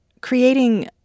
Creating